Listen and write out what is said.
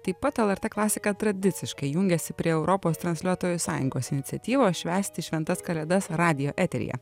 taip pat lrt klasika tradiciškai jungiasi prie europos transliuotojų sąjungos iniciatyvos švęsti šventas kalėdas radijo eteryje